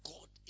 God